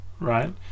right